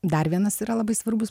dar vienas yra labai svarbus